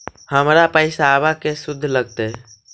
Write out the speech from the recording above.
हमर पैसाबा के शुद्ध लगतै?